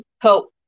help